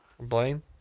Blaine